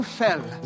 fell